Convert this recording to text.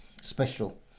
special